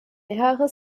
mehrere